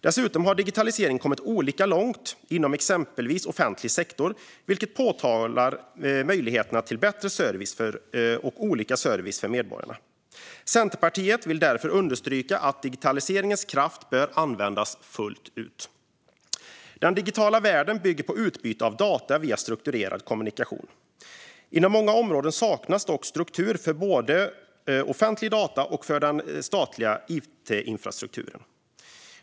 Dessutom har digitaliseringen kommit olika långt inom exempelvis offentlig sektor, vilket påverkar möjligheterna till bättre service för medborgarna - de har olika möjligheter. Centerpartiet vill därför understryka att digitaliseringens kraft bör användas fullt ut. Den digitala världen bygger på utbyte av data via strukturerad kommunikation. Inom många områden saknas dock struktur för både offentliga data och den statliga it-infrastrukturen.